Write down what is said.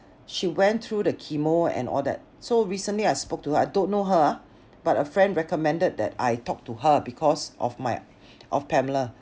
she went through the chemo and all that so recently I spoke to her I don't know her ah but a friend recommended that I talk to her because of my of pamela